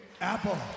Apple